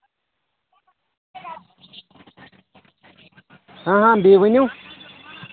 ہہ ہہ بیٚیہِ ؤنِو